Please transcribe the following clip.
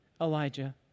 Elijah